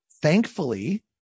Thankfully